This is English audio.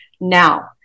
now